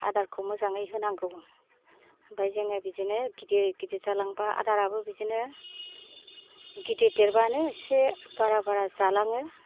आदारखौ मोजाङै होनांगौ ओमफ्राय जोङो बिदिनो गिदिर गिदिर जालांबा आदाराबो बिदिनो गिदिर देरबानो एसे बारा बारा जालाङो